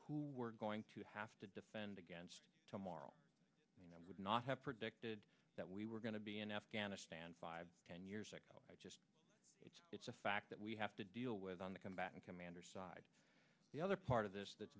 who we're going to have to defend against tomorrow i would not have predicted that we were going to be in afghanistan five ten years ago i just it's it's a fact that we have to deal with on the combatant commander side the other part of this that's